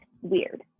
weird